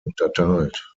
unterteilt